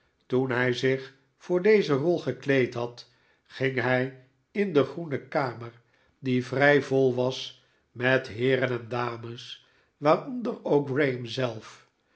toen hij zich voor deze rol geld eed had ging hij in de groene kamer die vrij vol was met heeren en dames waaronder ook graham zelf